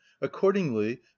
accordingly